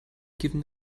given